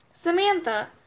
Samantha